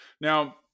Now